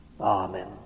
Amen